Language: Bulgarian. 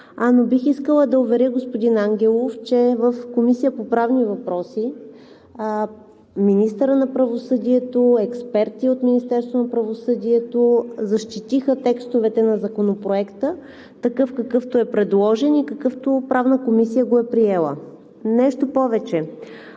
Но бих искала да уверя господин Ангелов, че в Комисията по правни въпроси министърът на правосъдието, експерти от Министерството на правосъдието защитиха текстовете на Законопроект, такъв какъвто е предложен и какъвто Правна комисия го е приела. Нещо повече,